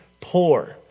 poor